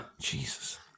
Jesus